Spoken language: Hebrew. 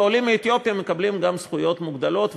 ועולים מאתיופיה מקבלים גם זכויות מוגדלות,